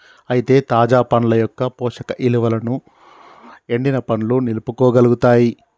అయితే తాజా పండ్ల యొక్క పోషక ఇలువలను ఎండిన పండ్లు నిలుపుకోగలుగుతాయి